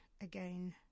again